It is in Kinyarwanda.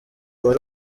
wari